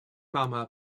mama